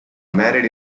married